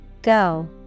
Go